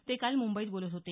ते काल मुंबईत बोलत होते